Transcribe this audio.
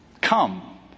Come